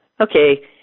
Okay